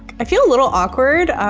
i feel a little awkward,